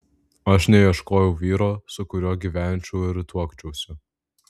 aš neieškojau vyro su kuriuo gyvenčiau ir tuokčiausi